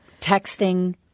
texting